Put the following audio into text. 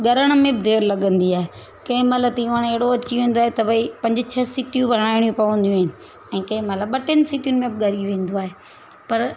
ॻरण में देरि लॻंदी आहे कंहिंमहिल तीवण एॾो अची वेंदो आहे त भई पंज छह सीटियूं हड़ाइणियूं पवंदियूं आहिनि ऐं कंहिंमहिल ॿ टिनि सीटीनि में ॻरी वेंदो आहे पर